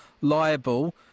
liable